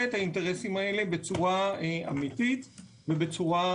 את האינטרסים האלה בצורה אמיתית ובצורה